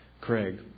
Craig